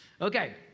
Okay